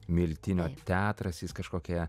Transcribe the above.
miltinio teatras jis kažkokią